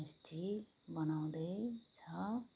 homestay बनाउँदैछ